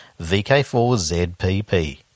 VK4ZPP